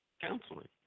counseling